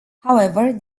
however